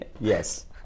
Yes